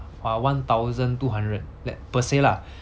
about one thousand two hundred like per se lah